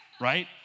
right